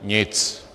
Nic.